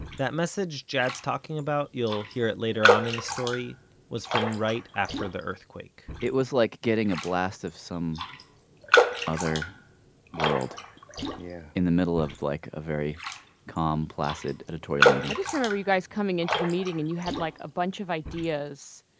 that message message jad's talking about you'll hear it later on in the story was from right after the earthquake it was like getting a blast of some other world yeah in the middle of like, a very calm, placid, editorial meeting i just remember you guys coming into the meeting and you had like a bunch of ideas,